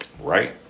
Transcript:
right